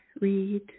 read